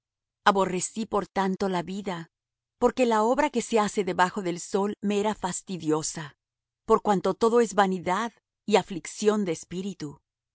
aborrecí por tanto la vida porque la obra que se hace debajo del sol me era fastidiosa por cuanto todo es vanidad y aflicción de espíritu